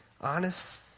honest